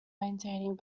maintaining